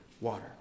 water